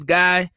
guy